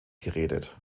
geredet